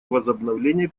возобновление